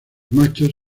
machos